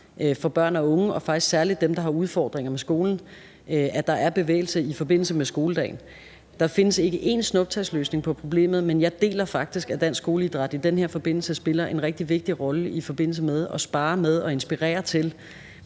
for børn og unge og faktisk særlig dem, der har udfordringer med skolen, at der er bevægelse i forbindelse med skoledagen. Der findes ikke en snuptagsløsning på problemet, men jeg deler faktisk, at Dansk Skoleidræt i den her forbindelse spiller en rigtig vigtig rolle, altså i forbindelse med at sparre og inspirere til,